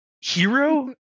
Hero